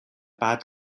bad